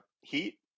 heat